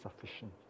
sufficient